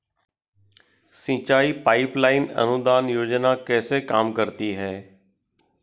सिंचाई pipeline अनुदान योजना कैसे काम करती है?